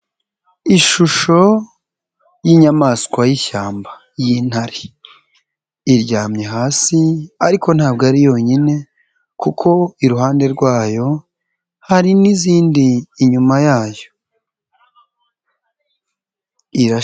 Ishusho y'inyamaswa y'ishyamba y'intare, iryamye hasi ariko ntabwo ari yonyine kuko iruhande rwayo hari n'izindi inyuma yayo irashya.